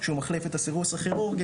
שהוא מחליף את הסירוס הכירורגי.